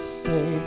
say